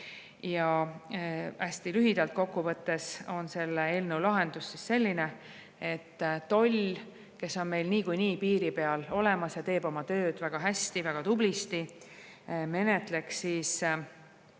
Hästi lühidalt kokku võttes on selle eelnõu lahendus selline, et toll, kes on meil niikuinii piiri peal olemas ja teeb oma tööd väga hästi, väga tublisti, menetleks